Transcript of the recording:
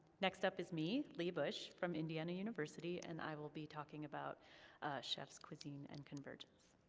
next step is me, leigh bush, from indiana university and i will be talking about chefs, cuisine and convergence.